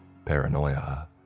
Paranoia